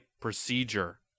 procedure